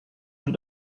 und